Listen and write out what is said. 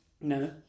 No